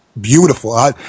beautiful